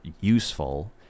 useful